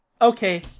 okay